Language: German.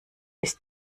bis